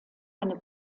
eine